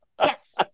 Yes